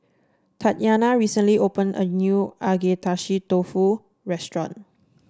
Tatyana recently opened a new Agedashi Dofu restaurant